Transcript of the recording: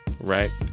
Right